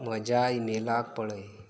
म्हज्या ईमेलाक पळय